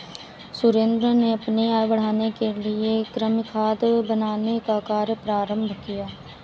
सुरेंद्र ने अपनी आय बढ़ाने के लिए कृमि खाद बनाने का कार्य प्रारंभ किया